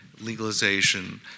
legalization